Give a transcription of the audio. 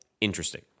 interesting